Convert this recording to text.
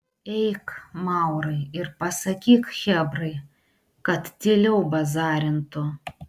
eik maurai ir pasakyk chebrai kad tyliau bazarintų